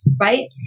right